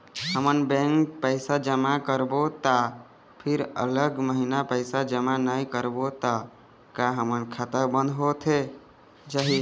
हमन बैंक पैसा जमा करबो ता फिर अगले महीना पैसा जमा नई करबो ता का हमर खाता बंद होथे जाही?